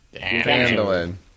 Handling